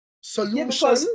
solution